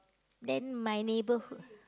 then my neighbourhood